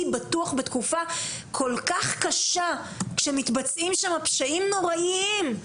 בטוחים בה בתקופה כל כך קשה כאשר מתבצעים שם פשעים נוראיים,